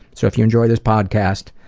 so if you enjoy this podcast,